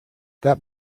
that